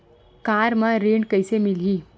Car म ऋण कइसे मिलही?